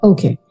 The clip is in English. Okay